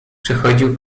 przechodził